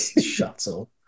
Shuttle